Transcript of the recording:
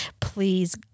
please